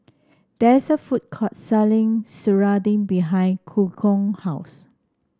there is a food court selling serunding behind Hugo house